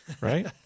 Right